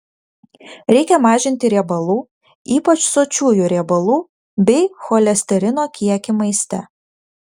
reikia mažinti riebalų ypač sočiųjų riebalų bei cholesterino kiekį maiste